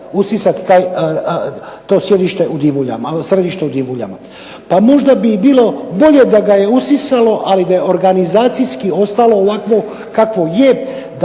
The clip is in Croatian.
usisati to sjedište u Divuljama. Pa možda bi bilo bolje da ga je usisalo, ali da je organizacijski ostalo ovakvo kakvo je